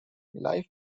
live